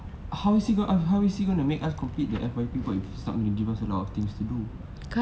how is he gon~ how is he gonna make us complete the F_Y_P work if his not gonna give us a lot of things to do